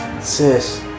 Sis